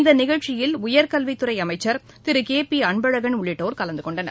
இந்த நிகழ்ச்சியில் உயர்கல்வித்துறை அமைச்சர் திரு கே பி அன்பழகன் உள்ளிட்டோர் கலந்துகொண்டனர்